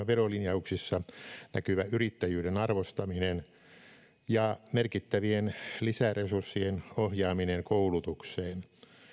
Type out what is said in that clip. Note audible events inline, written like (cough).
(unintelligible) verolinjauksissa näkyy yrittäjyyden arvostaminen ja merkittävien lisäresurssien ohjaaminen koulutukseen